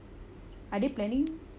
are they planning